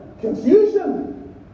Confusion